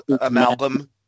amalgam